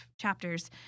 chapters